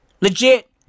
Legit